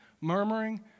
murmuring